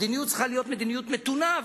המדיניות צריכה להיות מדיניות מתונה,